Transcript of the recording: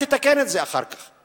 ולך תתקן את זה אחר כך?